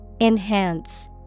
enhance